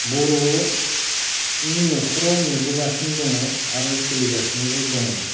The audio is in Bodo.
बर'नि न'खराव नुबोगासिनो दङ आरो सोलिगासिनोबो दङ